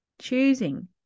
choosing